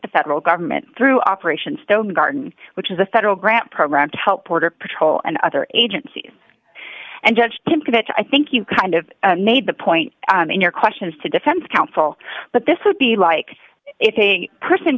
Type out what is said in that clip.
the federal government through operation stone garden which is a federal grant program to help border patrol and other agencies and judge tippett i think you kind of made the point in your questions to defense counsel but this would be like if a person